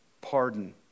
pardon